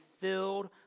filled